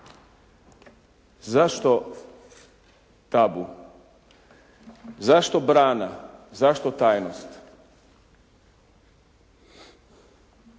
Zašto tabu? Zašto brana? Zašto tajnost?